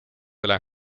üle